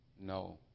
No